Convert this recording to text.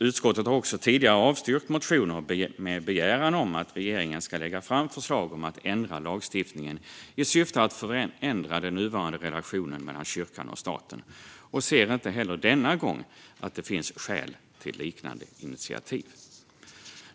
Utskottet har också tidigare avstyrkt motioner med begäran om att regeringen ska lägga fram förslag om att ändra lagstiftningen i syfte att förändra den nuvarande relationen mellan kyrkan och staten och ser inte heller denna gång att det finns skäl till liknande initiativ.